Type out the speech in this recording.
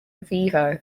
vivo